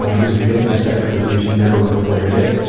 he was the victim of sexual abuse and never reported it.